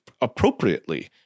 appropriately